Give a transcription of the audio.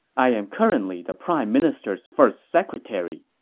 i am currently the prime minister's first secretary.